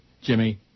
Jimmy